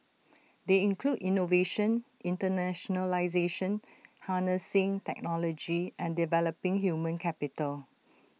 they include innovation internationalisation harnessing technology and developing human capital